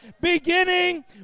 beginning